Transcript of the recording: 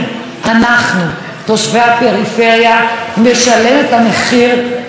תושבי הפריפריה נשלם את המחיר של המרכז?